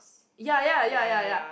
ya ya ya ya ya